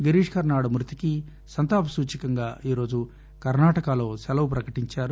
గిరీష్ కర్పాడ్ మృతికి సంతాప సూచకంగా ఈరోజు కర్ణాటకలో సెలవు ప్రకటించారు